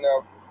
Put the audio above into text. enough